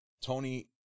Tony